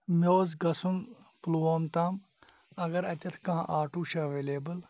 مےٚ اوس گژھُن پُلووم تام اگر اَتٮ۪تھ کانٛہہ آٹوٗ چھِ ایویلیبٕل